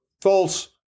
false